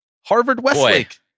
Harvard-Westlake